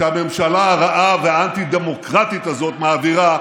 שהממשלה הרעה והאנטי-דמוקרטית הזאת מעבירה,